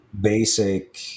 basic